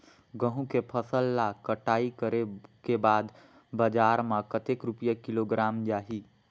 गंहू के फसल ला कटाई करे के बाद बजार मा कतेक रुपिया किलोग्राम जाही?